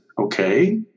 okay